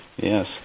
yes